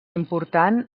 important